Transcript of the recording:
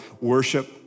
Worship